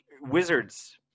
wizards